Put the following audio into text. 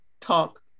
talk